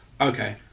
Okay